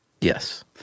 yes